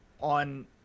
on